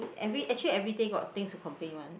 every actually everyday got things to complain one